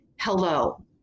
hello